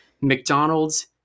McDonald's